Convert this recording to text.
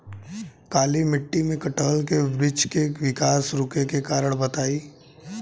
काली मिट्टी में कटहल के बृच्छ के विकास रुके के कारण बताई?